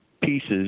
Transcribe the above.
pieces